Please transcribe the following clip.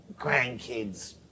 grandkids